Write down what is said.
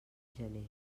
gener